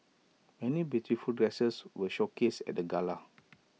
many beautiful dresses were showcased at the gala